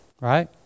right